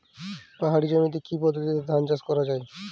পাহাড়ী জমিতে কি পদ্ধতিতে ধান চাষ করা যায়?